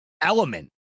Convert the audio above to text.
element